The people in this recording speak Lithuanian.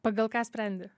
pagal ką sprendi